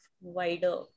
wider